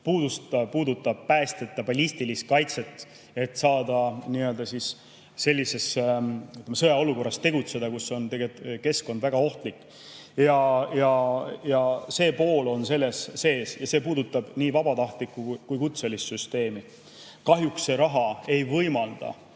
puudutab päästjate ballistilist kaitset, et saada tegutseda sellises sõjaolukorras, kus on keskkond väga ohtlik. See pool on selles sees. Ja see puudutab nii vabatahtlike kui kutseliste süsteemi. Kahjuks see raha ei võimalda